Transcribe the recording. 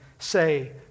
Say